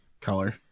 color